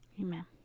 Amen